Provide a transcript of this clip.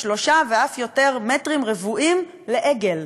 3 ואף יותר מטרים רבועים לעגל,